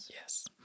Yes